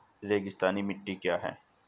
रेगिस्तानी मिट्टी क्या है?